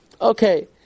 Okay